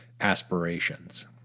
aspirations